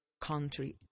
country